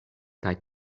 kaj